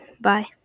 Bye